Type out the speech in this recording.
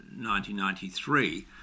1993